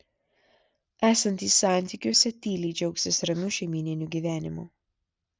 esantys santykiuose tyliai džiaugsis ramiu šeimyniniu gyvenimu